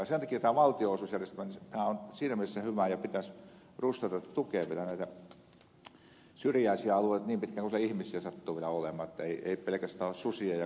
tämä valtionosuusjärjestelmä on siinä mielessä hyvä ja pitäisi rustata tukea näille syrjäisille alueille niin pitkään kuin siellä ihmisiä vielä sattuu olemaan eikä se ole pelkästään susien ja karhujen valtakunta